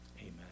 Amen